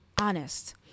honest